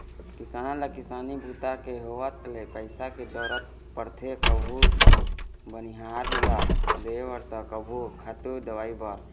किसान ल किसानी बूता के होवत ले पइसा के जरूरत परथे कभू बनिहार ल देबर त कभू खातू, दवई बर